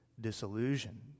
disillusion